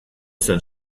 zen